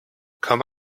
come